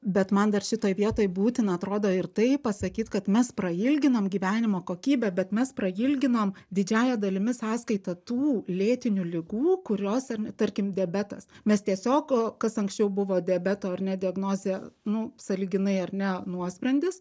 bet man dar šitoj vietoj būtina atrodo ir tai pasakyt kad mes prailginam gyvenimo kokybę bet mes prailginom didžiąja dalimi sąskaita tų lėtinių ligų kurios tarkim diabetas mes tiesiog kas anksčiau buvo diabeto ar ne diagnozė nu sąlyginai ar ne nuosprendis